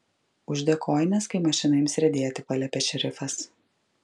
uždek kojines kai mašina ims riedėti paliepė šerifas